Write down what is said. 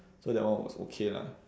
so that one was okay lah